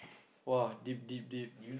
!wah! deep deep deep